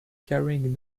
carrying